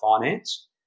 finance